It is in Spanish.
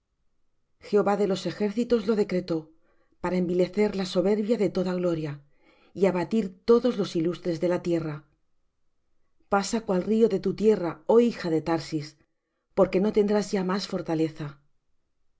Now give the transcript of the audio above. jehová de los ejércitos lo decretó para envilecer la soberbia de toda gloria y para abatir todos los ilustres de la tierra pasa cual río de tu tierra oh hija de tarsis porque no tendrás ya más fortaleza